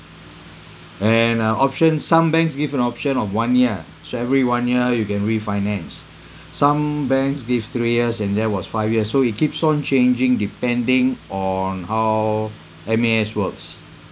and uh option some banks give an option of one year so every one year you can refinance some banks give three years and there was five years so it keeps on changing depending on how M_A_S works